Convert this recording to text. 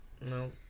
No